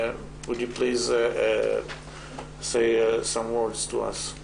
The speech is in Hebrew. בבקשה תאמר לנו כמה מילים.